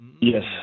Yes